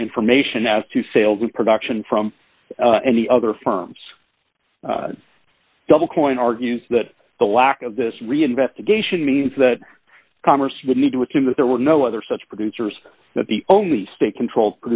no information as to sales and production from any other firms double coin argues that the lack of this reinvestigation means that congress would need to assume that there were no other such producers that the only state control